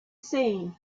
seen